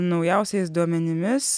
naujausiais duomenimis